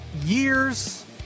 years